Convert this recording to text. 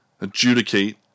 adjudicate